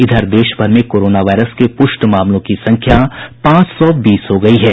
इधर देशभर में कोरोना वायरस के पुष्ट मामलों की संख्या पांच सौ बीस हो गयी है